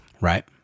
right